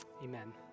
Amen